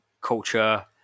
culture